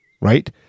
Right